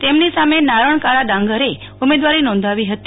તેમની સામ નારણ કારા ડાંગરે ઉમેદવારી નોંધાવી હતી